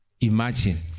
Imagine